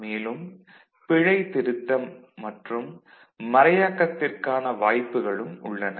மேலும் பிழை திருத்தம் மற்றும் மறையாக்கத்திற்கான வாய்ப்புகளும் உள்ளன